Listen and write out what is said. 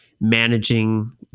managing